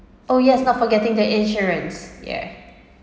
oh yes not forgetting the insurance yeah